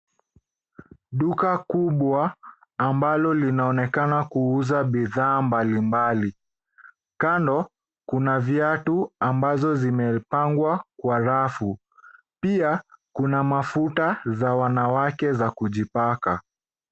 Duka kubwa ambalo linaonekana kuuza bidhaa mbalimbali. Kando kuna viatu ambazo zimepangwa kwa rafu. Pia kuna mafuta za wanawake za kujipaka.